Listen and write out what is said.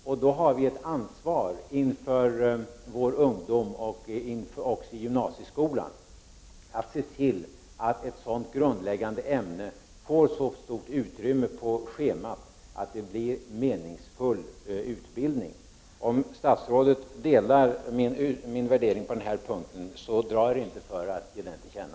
Vi har ett ansvar inför vår ungdom och inför gymnasieskolan att se till att ett sådant grundläggande ämne får så stort utrymme på schemat att det blir meningsfull utbildning. Om statsrådet delar min värdering på den här punkten, så bör han inte dra sig för att ge det till känna.